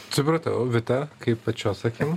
supratau vita kaip pačios akim